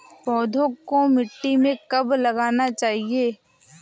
पौधों को मिट्टी में कब लगाना चाहिए?